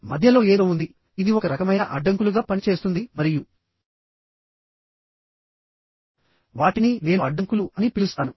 మధ్యలో ఏదో ఉందిఇది ఒక రకమైన అడ్డంకులుగా పనిచేస్తుంది మరియు వాటిని నేను అడ్డంకులు అని పిలుస్తాను